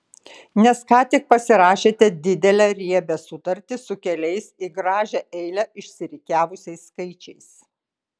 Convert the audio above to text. nes ką tik pasirašėte didelę riebią sutartį su keliais į gražią eilę išsirikiavusiais skaičiais